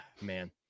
man